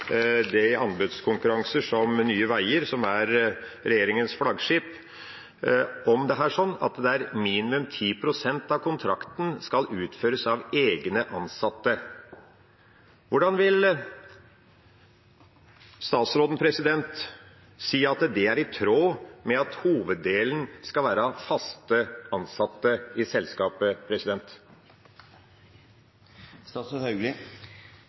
anbudskonkurranser fra Nye Veier, som er regjeringens flaggskip, at «minimum 10 pst. av kontrakten skal utføres av egne ansatte». Hvordan vil statsråden si at det er i tråd med at hoveddelen skal være fast ansatte i selskapet?